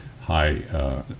high